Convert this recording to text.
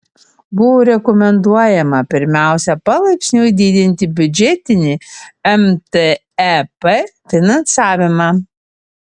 buvo rekomenduojama pirmiausia palaipsniui didinti biudžetinį mtep finansavimą